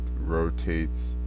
rotates